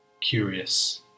curious